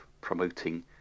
promoting